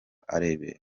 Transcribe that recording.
arebera